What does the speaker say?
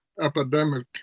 epidemic